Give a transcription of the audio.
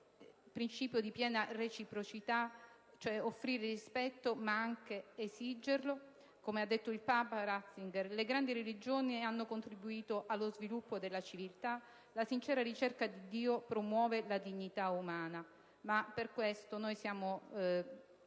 della piena reciprocità, cioè offrire rispetto ma anche esigerlo. Come ha detto Papa Ratzinger: «Le grandi religioni hanno contribuito allo sviluppo della civiltà. La sincera ricerca di Dio promuove la dignità umana». Ma siamo